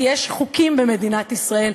כי יש חוקים במדינת ישראל,